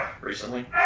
recently